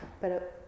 Pero